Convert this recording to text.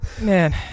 Man